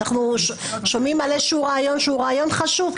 אנחנו שומעים על איזשהו רעיון שהוא רעיון חשוב,